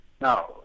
Now